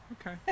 Okay